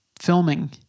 filming